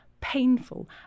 painful